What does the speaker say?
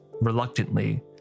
reluctantly